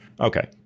Okay